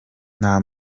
nta